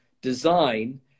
Design